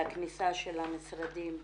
לכניסה של המשרדים,